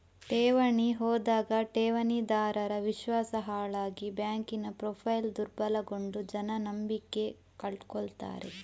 ಠೇವಣಿ ಹೋದಾಗ ಠೇವಣಿದಾರರ ವಿಶ್ವಾಸ ಹಾಳಾಗಿ ಬ್ಯಾಂಕಿನ ಪ್ರೊಫೈಲು ದುರ್ಬಲಗೊಂಡು ಜನ ನಂಬಿಕೆ ಕಳ್ಕೊತಾರೆ